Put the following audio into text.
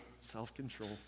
self-control